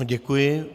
Děkuji.